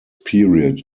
period